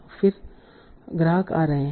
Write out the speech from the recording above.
और फिर ग्राहक आ रहे हैं